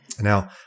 Now